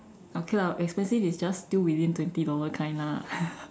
okay lah expensive is just still within twenty dollar kind lah